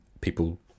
People